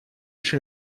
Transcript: шри